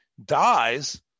dies